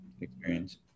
experience